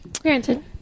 Granted